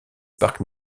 parc